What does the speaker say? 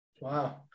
Wow